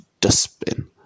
dustbin